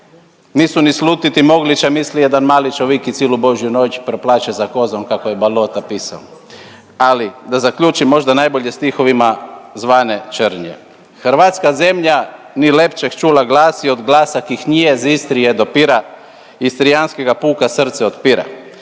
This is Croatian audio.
nisu ni slutiti mogli ća misli jedan mali ćovik i cilu božju noć proplaće za kozom kako je Balota pisao. Ali da zaključim možda najbolje stihovima zvane Črlje. Hrvatska zemlja ni lepćeg ćula glasi od glasa kih nije iz Istrije dopira, istrijanskega puka srce otpira.